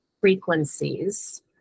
frequencies